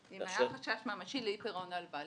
אם היה חשש ממשי לאי פירעון ההלוואה.